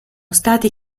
stati